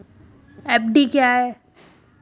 FD क्या है?